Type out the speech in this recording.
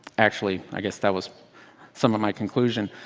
actually, i guess that was some of my conclusion.